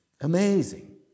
Amazing